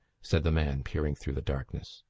said the man, peering through the darkness.